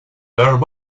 there